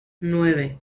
nueve